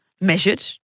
measured